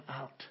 out